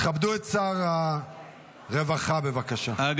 תכבדו את שר הרווחה, בבקשה.